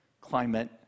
climate